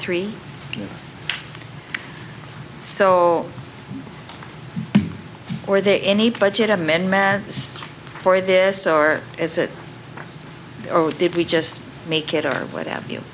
three so or there any budget amendments for this or is it or did we just make it or what have you